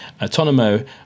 Autonomo